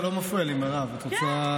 חבר הכנסת חילי טרופר, בבקשה.